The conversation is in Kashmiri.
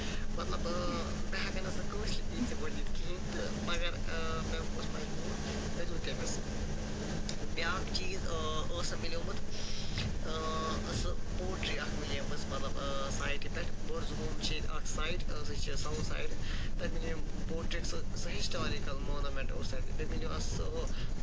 مطلب بہٕ ہٮ۪کہٕ نہٕ سُہ کٲنسہِ یِتھٕے پٲٹھۍ دِتھ کِہیٖنۍ تہٕ مَگر مےٚ گوٚس مَجبوٗر مےٚ دیُت تٔمِس بٮ۪اکھ چیٖز اوس مےٚ مِلیومُت اۭں سُہ پوٹری اکھ مِلے مٔژ مطلب اۭں سٮ۪ٹی پٮ۪ٹھ بُرزٔہوم چھِ اکھ سایِٹ سۄ چھِ ساوُتھ سایڈٕ تَتہِ مَلے پوٹرٮ۪ک سۄ ہِسٹورِکَل مونومٮ۪نٹ اوس تَتہِ بیٚیہِ مِلٮ۪و حظ سُہ ہُہ